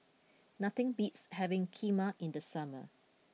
nothing beats having Kheema in the summer